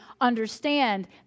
understand